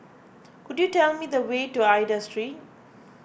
could you tell me the way to Aida Street